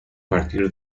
partir